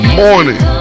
morning